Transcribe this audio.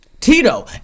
Tito